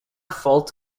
fault